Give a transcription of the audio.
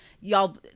y'all